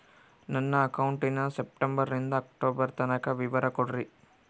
ನನ್ನ ಅಕೌಂಟಿನ ಸೆಪ್ಟೆಂಬರನಿಂದ ಅಕ್ಟೋಬರ್ ತನಕ ವಿವರ ಕೊಡ್ರಿ?